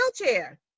wheelchair